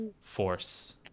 force